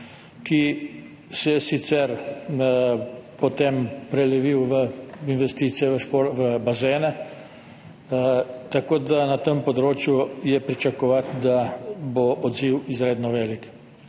ki se je sicer potem prelevil v investicije v bazene. Tako da je na tem področju pričakovati, da bo odziv izredno velik.